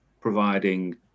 providing